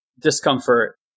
discomfort